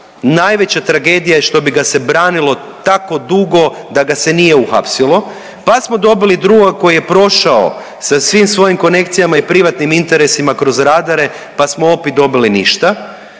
najveća tragedija je što bi ga se branilo tako dugo da ga se nije uhapsilo, pa smo dobili drugoga koji je prošao sa svim svojim konekcijama i privatnim interesima kroz radare pa smo opet dobili ništa.